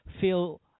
feel